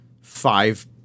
five